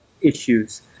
issues –